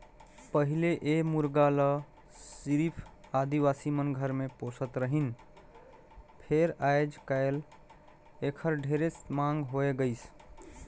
पहिले ए मुरगा ल सिरिफ आदिवासी मन घर मे पोसत रहिन फेर आयज कायल एखर ढेरे मांग होय गइसे